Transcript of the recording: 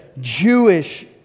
Jewish